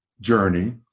journey